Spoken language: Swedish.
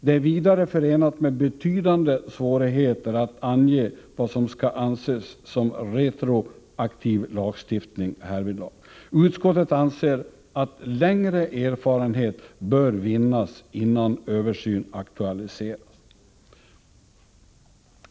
Det är vidare förenat med betydande svårigheter att ange vad som skall anses som retroaktiv lagstiftning härvidlag. Utskottet anser att längre erfarenhet bör vinnas innan översyn aktualiseras.